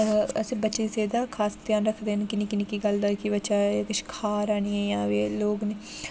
असें ई बच्चे दी सेह्त दा खास ध्यान रखदे न नि'क्की नि'क्की गल्ल दा कि बच्चा एह् किश खाऽ दा निं ऐ जां एह् लोग